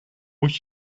moet